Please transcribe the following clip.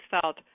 felt